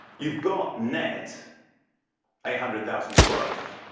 you've got net eight hundred thousand in growth.